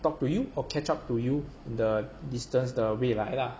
talk to you or catch up to you the distance 的未来啦